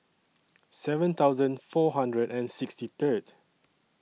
seven thousand four hundred and sixty Third